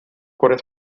cuore